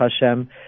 Hashem